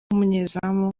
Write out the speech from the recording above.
umunyezamu